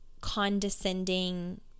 condescending